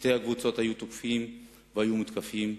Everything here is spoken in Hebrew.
שתי הקבוצות היו תוקפות והיו מותקפות.